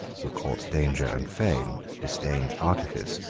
who courts danger and fame, disdains artifice,